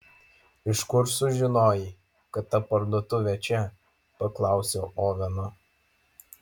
iš kur sužinojai kad ta parduotuvė čia paklausiau oveno